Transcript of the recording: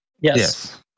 Yes